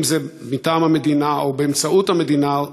אם זה מטעם המדינה ואם באמצעות המדינה,